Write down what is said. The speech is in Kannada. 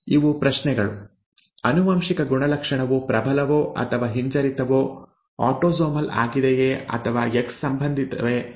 ಇವು ಪ್ರಶ್ನೆಗಳು ಆನುವಂಶಿಕ ಗುಣಲಕ್ಷಣವು ಪ್ರಬಲವೋ ಅಥವಾ ಹಿಂಜರಿತವೋ ಆಟೋಸೋಮಲ್ ಆಗಿದೆಯೇ ಅಥವಾ ಎಕ್ಸ್ ಸಂಬಂಧಿತವೇ